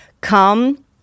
Come